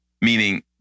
meaning